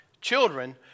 Children